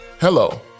hello